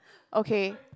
okay